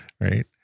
right